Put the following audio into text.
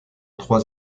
trois